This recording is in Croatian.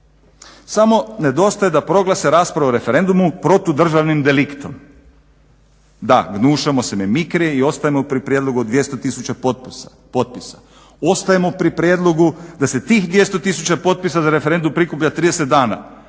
Samo nedostaje da proglase raspravu o referendumu protudržavnim deliktom. Da, gnušamo se mimikrije i ostajemo pri prijedlogu od 200 tisuća potpisa, ostajemo pri prijedlogu da se tih 200 tisuća potpisa za referendum prikuplja 30 dana